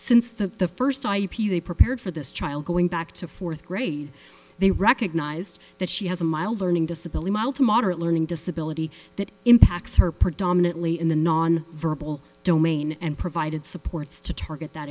since that the first ip they prepared for this child going back to fourth grade they recognized that she has a mild learning disability mild to moderate learning disability that impacts her predominately in the non verbal domain and provided supports to target that